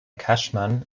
cashman